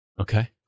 Okay